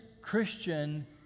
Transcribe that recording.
Christian